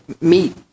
meat